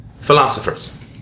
Philosophers